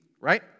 right